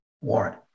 warrant